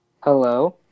hello